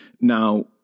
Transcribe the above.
Now